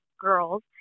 girls